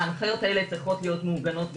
ההנחיות האלה צריכות להיות מעוגנות בתקנות.